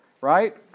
Right